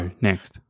Next